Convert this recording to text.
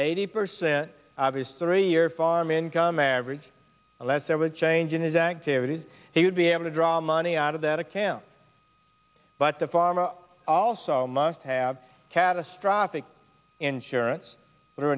eighty percent obvious three year farm income average unless there were a change in his activities he would be able to draw money out of that a camp but the farmer also must have catastrophic insurance